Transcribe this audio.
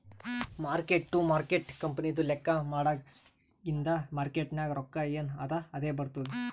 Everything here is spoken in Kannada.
ಮಾರ್ಕ್ ಟು ಮಾರ್ಕೇಟ್ ಕಂಪನಿದು ಲೆಕ್ಕಾ ಮಾಡಾಗ್ ಇಗಿಂದ್ ಮಾರ್ಕೇಟ್ ನಾಗ್ ರೊಕ್ಕಾ ಎನ್ ಅದಾ ಅದೇ ಬರ್ತುದ್